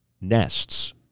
nests